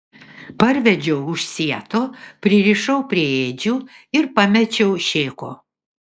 parvedžiau už sieto pririšau prie ėdžių ir pamečiau šėko